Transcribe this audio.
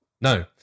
No